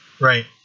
Right